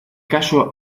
caso